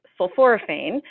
sulforaphane